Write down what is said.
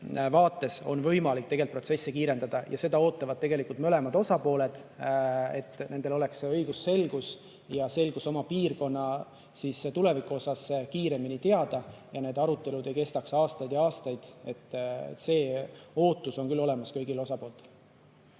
vaates on võimalik protsesse kiirendada. Seda ootavad tegelikult mõlemad osapooled, et oleks õigusselgus ja selgus oma piirkonna tuleviku kohta kiiremini teada ja et need arutelud ei kestaks aastaid ja aastaid. See ootus on küll kõigil osapooltel